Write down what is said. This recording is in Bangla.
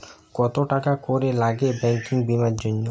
কত টাকা করে লাগে ব্যাঙ্কিং বিমার জন্য?